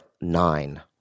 nine